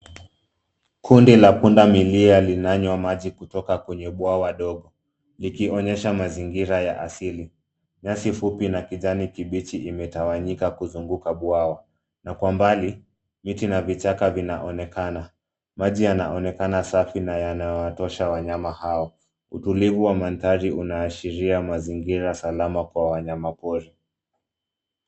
Kundi la punda milia linanywa maji kutoka kwenye bwawa ndogo, likionyesha mazingira ya asili. Nyasi fupi na kijani kibichi imetawanyika kuzunguka bwawa. Na kwa mbali, miti na vichaka vinaonekana. Maji yanaonekana safi na yanawatosha wanyama hao. Utulivu wa mandhari unaashiria mazingira salama kwa wanyama pori.